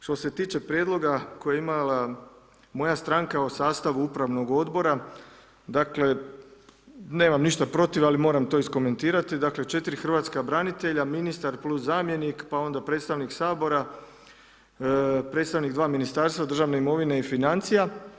Što se tiče prijedloga koje je imala moja stranka o sastavu upravnog odbora, dakle nemam ništa protiv ali moram to iskomentirati, dakle 4 hrvatska branitelja, ministar plus zamjenik, pa onda predstavnik Sabora, predstavnik dva Ministarstva državne imovine i financija.